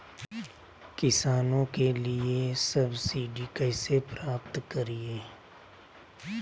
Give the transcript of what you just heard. किसानों के लिए सब्सिडी कैसे प्राप्त करिये?